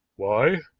why?